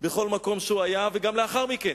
בכל מקום שהוא היה וגם לאחר מכן.